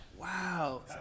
Wow